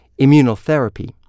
Immunotherapy